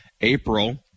April